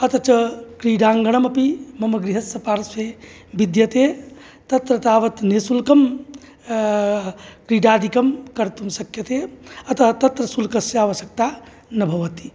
अथ च क्रीडाङ्गणम् अपि मम गृहस्य पार्श्वे विद्यते तत्र तावत् निश्शुल्कं क्रीडादिकं कर्तुं शक्यते अतः तत्र शुल्कस्य आवश्यकता न भवति